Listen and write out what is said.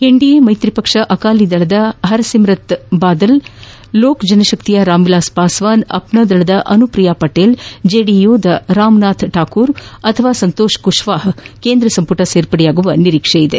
NDA ಮೈತ್ರಿ ಪಕ್ಷ ಆಕಾಲಿ ದಳದ ಪರ್ಸಿಮುತ್ ಬಾದಲ್ ಲೋಕ ಜನಶಕ್ತಿಯ ರಾಮ್ ವಿಲಾಸ್ ಪಾಸ್ವಾನ್ ಅಪ್ನಾ ದಳದ ಅನುಪ್ರಿಯಾ ಪಟೇಲ್ ಜೆಡಿಯುನಿಂದ ರಾಮನಾಥ್ ಠಾಕೂರ್ ಅಥವಾ ಸಂತೋಷ್ ಕುಶ್ವಾಪ್ ಕೇಂದ್ರ ಸಂಪುಟ ಸೇರ್ಪಡೆಯಾಗುವ ನಿರೀಕ್ಷೆ ಇದೆ